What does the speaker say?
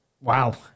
Wow